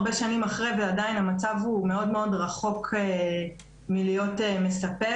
הרבה שנים אחרי ועדיין המצב הוא מאוד מאוד רחוק מלהיות מספק.